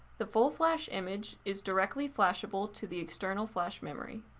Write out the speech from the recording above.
the full flash image is directly flashable to the external flash memory.